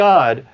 God